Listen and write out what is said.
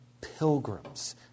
pilgrims